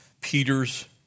Peter's